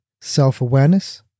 self-awareness